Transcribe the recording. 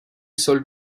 soll